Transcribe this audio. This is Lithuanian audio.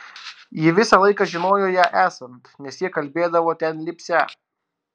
ji visą laiką žinojo ją esant nes jie kalbėdavo ten lipsią